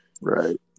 Right